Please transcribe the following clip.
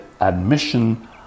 admission